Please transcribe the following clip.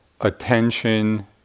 attention